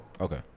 Okay